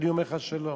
אני אומר לך שלא.